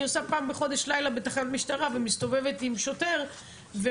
עושה פעם בחודש לילה בתחנת משטרה ומסתובבת עם שוטר או